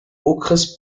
okres